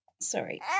sorry